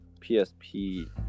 PSP